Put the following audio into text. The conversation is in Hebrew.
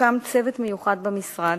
הוקם צוות מיוחד במשרד,